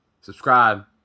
subscribe